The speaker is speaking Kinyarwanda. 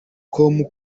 com